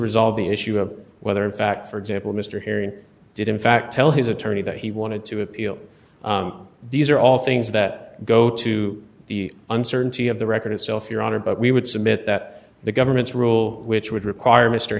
resolve the issue of whether in fact for example mr herrion did in fact tell his attorney that he wanted to appeal these are all things that go to the uncertainty of the record itself your honor but we would submit that the government's rule which would require mr